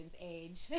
age